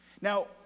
Now